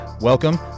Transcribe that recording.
Welcome